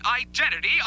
identity